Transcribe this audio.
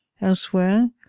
elsewhere